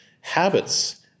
Habits